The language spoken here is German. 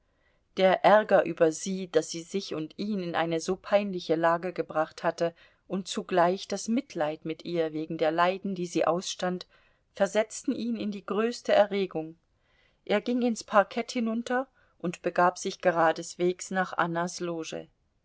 der ärger über sie daß sie sich und ihn in eine so peinliche lage gebracht hatte und zugleich das mitleid mit ihr wegen der leiden die sie ausstand versetzten ihn in die größte erregung er ging ins parkett hinunter und begab sich geradeswegs nach annas loge